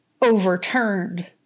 overturned